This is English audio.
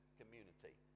community